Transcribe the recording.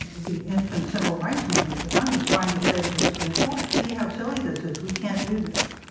the infant civil rights movement at the time was trying to say to the supreme court, see how silly this is? we can't do this.